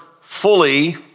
fully